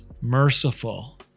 merciful